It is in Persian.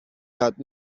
یاد